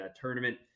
tournament